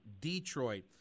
Detroit